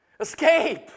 Escape